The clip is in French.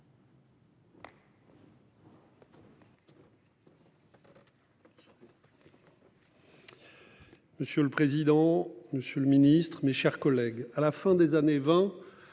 Monsieur le président, Monsieur le Ministre, mes chers collègues, à la fin des années 20.